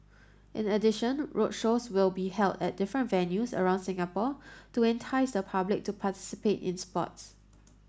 in addition roadshows will be held at different venues around Singapore to entice the public to participate in sports